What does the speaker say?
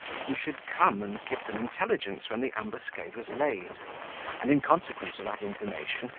who should come and give them intelligence when the ambuscade was laid and, in consequence of that information,